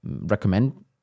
recommend